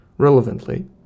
Relevantly